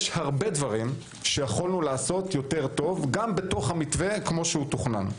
יש הרבה דברים שיכולנו לעשות טוב יותר גם בתוך המתווה כפי שהוא תוכנן.